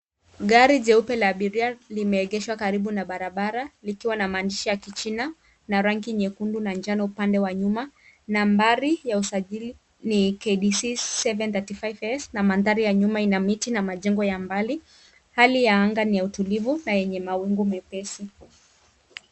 Gari jeupe la abiria limeegeshwa karibu na barabara likiwa na maandishi ya kichina na rangi nyekundu na njano upande wa nyuma. Nambari ya usajili ni KDC 735S na mandhari ya nyuma ina miti na majengo ya mbali. Hali ya anga ni utulivu na yenye mawingu mepesi.